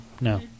No